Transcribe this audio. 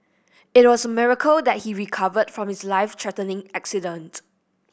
it was a miracle that he recovered from his life threatening accident